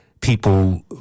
people